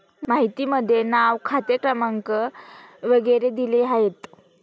माहितीमध्ये नाव खाते क्रमांक वगैरे दिले आहेत